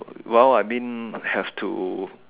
well I mean have to